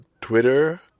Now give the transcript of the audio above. Twitter